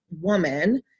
woman